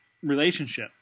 relationship